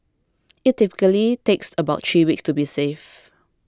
it typically takes about three weeks to be safe